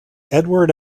edward